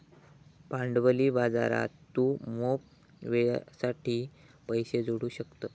भांडवली बाजारात तू मोप वेळेसाठी पैशे जोडू शकतं